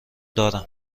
دارم